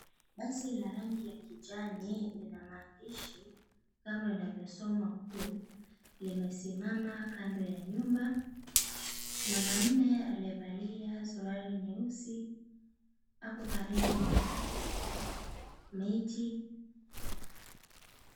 Basi la rangi ya kijani ina maandishi kama inavyosoma, "Cool," limesimama kando ya nyumba, mwanaume aliyevalia suwari nyeusi ako karibu na miti.